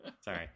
sorry